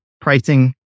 pricing